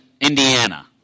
Indiana